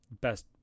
best